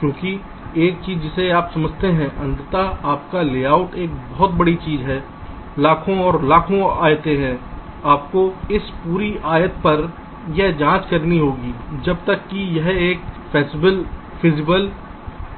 क्योंकि एक चीज जिसे आप समझते हैं अंततः आपका लेआउट एक बहुत बड़ी चीज है लाखों और लाखों आयतें हैं आपको इस पूरी आयत पर यह जांच करनी होगी जब तक कि यह एक फैसिबल